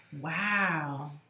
Wow